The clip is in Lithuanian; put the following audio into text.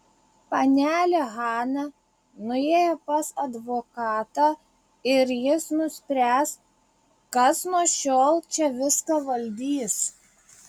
panelė hana nuėjo pas advokatą ir jis nuspręs kas nuo šiol čia viską valdys